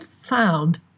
found